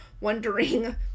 wondering